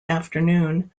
afternoon